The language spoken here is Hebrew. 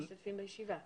המשתתפים בישיבה.